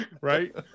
Right